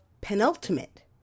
penultimate